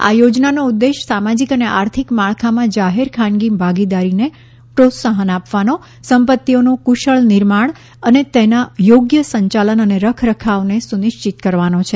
આ યોજનાનો ઉદ્દેશ સામાજીક અને આર્થિક માળખામાં જાહેર ખાનગી ભાગીદારીને પ્રોત્સાહન આપવાનો સંપત્તિઓનું કુશળ નિર્માણ અને તેના યોગ્ય સંચાલન અને રખ રખાવને સુનિશ્ચિત કરવાનો છે